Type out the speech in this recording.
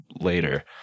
later